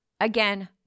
again